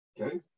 Okay